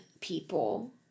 people